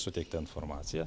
suteiktą informaciją